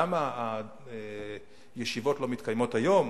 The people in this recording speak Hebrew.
למה הישיבות לא מתקיימות היום?